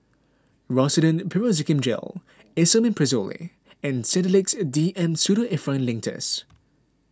Rosiden Piroxicam Gel Esomeprazole and Sedilix D M Pseudoephrine Linctus